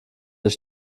ich